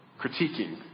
critiquing